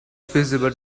feasible